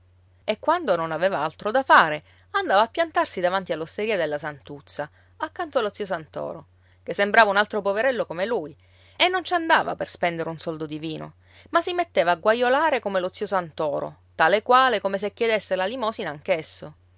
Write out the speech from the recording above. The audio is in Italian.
e quando non aveva altro da fare andava a piantarsi davanti all'osteria della santuzza accanto allo zio santoro che sembrava un altro poverello come lui e non ci andava per spendere un soldo di vino ma si metteva a guaiolare come lo zio santoro tale quale come se chiedesse la limosina